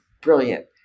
brilliant